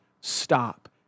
stop